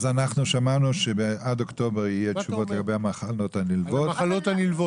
שמענו שעד אוקטובר יהיו תשובות לגבי המחלות הנלוות.